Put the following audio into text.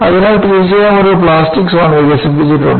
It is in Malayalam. അതിനാൽ തീർച്ചയായും ഒരു പ്ലാസ്റ്റിക് സോൺ വികസിച്ചിട്ടുണ്ട്